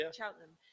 Cheltenham